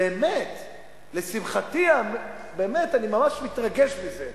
באמת לשמחתי, אני ממש מתרגש מזה,